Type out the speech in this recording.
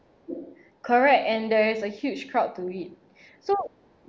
correct and there is a huge crowd to it so